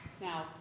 Now